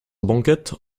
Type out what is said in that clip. banquette